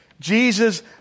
Jesus